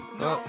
no